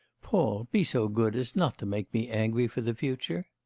paul, be so good as not to make me angry for the future